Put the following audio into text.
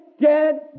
dead